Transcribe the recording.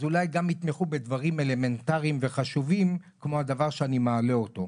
אז אולי גם יתמכו בדברים אלמנטריים וחשובים כמו הדבר שאני מעלה אותו.